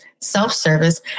self-service